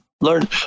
learn